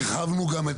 הרחבנו גם,